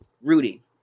rudy